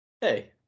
Hey